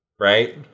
Right